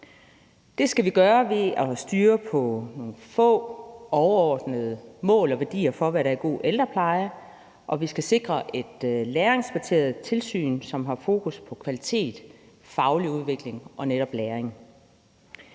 Det skal vi gøre ved at styre efter nogle få overordnede mål og værdier for, hvad der er god ældrepleje, og vi skal sikre et læringsbaseret tilsyn, som har fokus på kvalitet, faglig udvikling og netop læring.